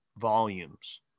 volumes